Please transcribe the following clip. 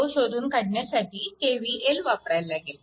तो शोधून काढण्यासाठी KVL वापरावा लागेल